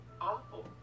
awful